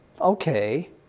Okay